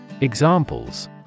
examples